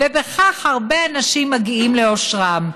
ובכך הרבה אנשים מגיעים לאושרם.